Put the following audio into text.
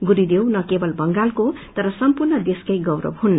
गरूदेव न केवल बंगालको तर सम्पूण देशकै गौरव हुन्